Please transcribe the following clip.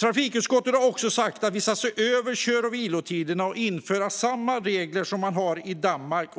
Trafikutskottet har också sagt att man ska se över kör och vilotiderna och införa samma regler som Danmark